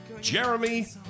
Jeremy